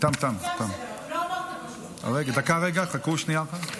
כי הצעת חוק התוכנית הכלכלית (תיקוני חקיקה ליישום